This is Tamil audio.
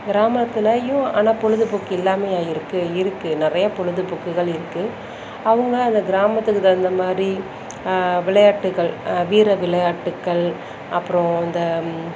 கிராமத்துலையும் ஆனால் பொழுதுப்போக்கு இல்லாமையா இருக்கு இருக்கு நிறையா பொழுதுப்போக்குகள் இருக்கு அவங்க அந்த கிராமத்துக்கு தகுந்தமாதிரி விளையாட்டுக்கள் வீர விளையாட்டுக்கள் அப்புறோம் இந்த